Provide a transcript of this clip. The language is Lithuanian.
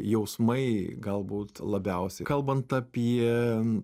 jausmai galbūt labiausiai kalbant apie